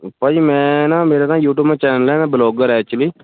ਭਾਜੀ ਮੈਂ ਨਾ ਮੇਰਾ ਨਾ ਯੂਟਿਊਬ ਮੇਂ ਚੈਨਲ ਹੈ ਮੈਂ ਬਲੌਗਰ ਹੈ ਐਕਚੁਅਲੀ